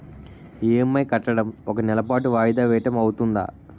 EMI కట్టడం ఒక నెల పాటు వాయిదా వేయటం అవ్తుందా?